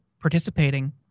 participating